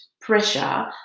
pressure